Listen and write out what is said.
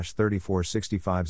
3465